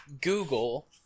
Google